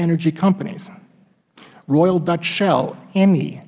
energy companies royal dutch shell